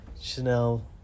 Chanel